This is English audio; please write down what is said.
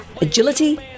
agility